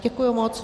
Děkuji moc.